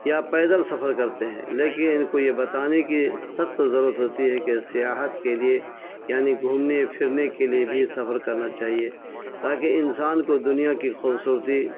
یا پیدل سفر کرتے ہیں لیکن ان کو یہ بتانے کی سخت ضرورت ہوتی ہے کہ سیاحت کے لیے یعنی گھومنے پھرنے کے لیے بھی سفر کرنا چاہیے تاکہ انسان کو دنیا کی خوبصورتی